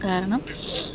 കാരണം